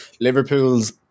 Liverpool's